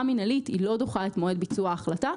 מינהלית לא דוחה את מועד ביצוע ההחלטה.